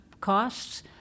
costs